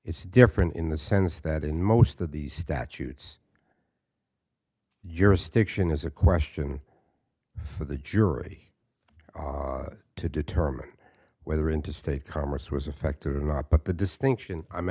it's different in the sense that in most of the statutes jurisdiction is a question for the jury to determine whether interstate commerce was affected or not but the distinction i'm